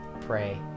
pray